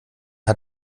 hat